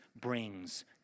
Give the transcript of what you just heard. brings